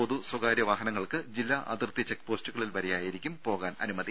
പൊതു സ്വകാര്യ വാഹനങ്ങൾക്ക് ജില്ലാ അതിർത്തി ചെക്പോസ്റ്റുകളിൽ വരെയായിരിക്കും പോകാൻ അനുമതി